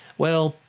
well,